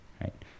right